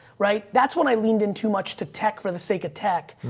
right. that's when i leaned in too much to tech for the sake of tech.